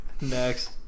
Next